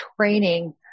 training